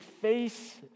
face